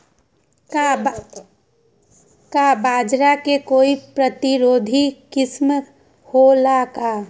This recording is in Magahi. का बाजरा के कोई प्रतिरोधी किस्म हो ला का?